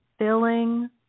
filling